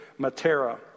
Matera